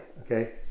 Okay